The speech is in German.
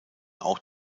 auch